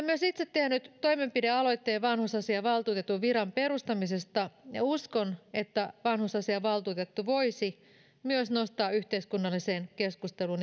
myös itse tehnyt toimenpidealoitteen vanhusasiavaltuutetun viran perustamisesta ja uskon että myös vanhusasiavaltuutettu voisi nostaa yhteiskunnalliseen keskusteluun